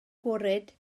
gwrhyd